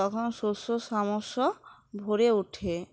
তখন শস্যশ্যামলা ভরে ওঠে